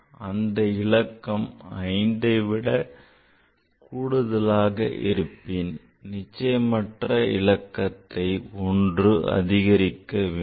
அந்த இலக்கம் 5 ஐ விடக் கூடுதலாக இருப்பின் நிச்சயமற்ற இலக்கத்தை ஒன்று அதிகரிக்கவேண்டும்